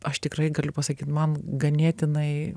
aš tikrai galiu pasakyt man ganėtinai